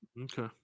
Okay